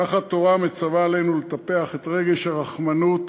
כך התורה מצווה עלינו לטפח את רגש הרחמנות,